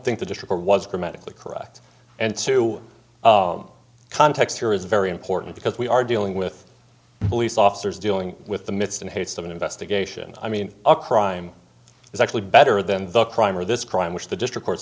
think the district was grammatically correct and to context here is very important because we are dealing with police officers dealing with the midst in haste of an investigation i mean a crime is actually better than the crime or this crime which the district cour